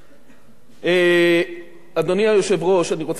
אדוני היושב-ראש, אני רוצה להתייחס לגופו של הסדר.